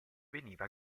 veniva